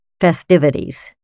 festivities